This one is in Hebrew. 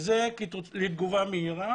לתגובה מהירה.